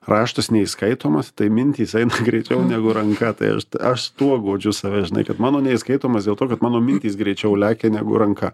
raštas neįskaitomas tai mintys eina greičiau negu ranka tai aš aš tuo guodžiu save žinai kad mano neįskaitomas dėl to kad mano mintys greičiau lekia negu ranka